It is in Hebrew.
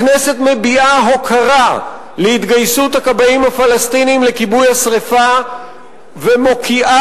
11. הכנסת מביעה הוקרה להתגייסות הכבאים הפלסטינים לכיבוי השרפה ומוקיעה